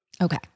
Okay